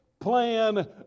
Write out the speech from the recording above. plan